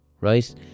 right